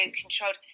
controlled